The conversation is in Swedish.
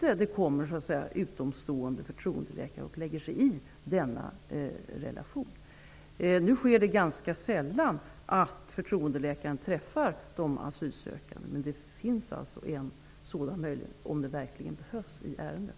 En utomstående förtroendeläkare skall inte lägga sig i denna relation. Det sker ganska sällan att förtroendeläkaren träffar den asylsökande, men det finns alltså en sådan möjlighet om det verkligen behövs i ärendet.